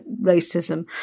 racism